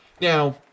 Now